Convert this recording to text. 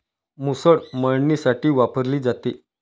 मुसळ मळणीसाठी वापरली जाते